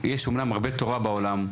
יש אמנם הרבה תורה בעולם,